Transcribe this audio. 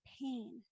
pain